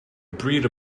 breed